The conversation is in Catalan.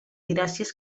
gràcies